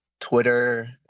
Twitter